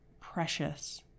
precious